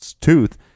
tooth